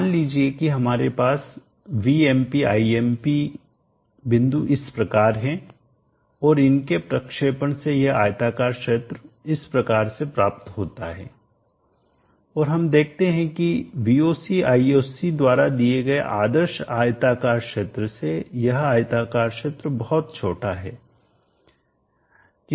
मान लीजिए कि हमारे पास VmpImp बिंदु इस प्रकार है और इनके प्रक्षेपण से यह आयताकार क्षेत्र इस प्रकार से प्राप्त होता है और हम देखते हैं कि VocIsc द्वारा दिए गए आदर्श आयताकार क्षेत्र से यह आयताकार क्षेत्र बहुत छोटा है